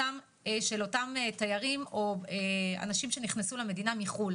של אותם תיירים או אנשים שנכנסו למדינה מחו"ל.